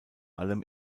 allem